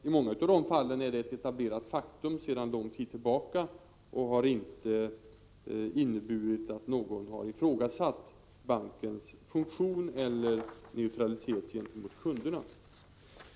I många av dessa fall är detta ett etablerat faktum sedan lång tid tillbaka, och det har inte inneburit att någon har ifrågasatt bankens funktion eller neutralitet gentemot kunderna.